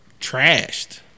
trashed